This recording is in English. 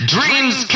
Dreams